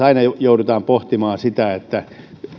aina joudutaan pohtimaan sitä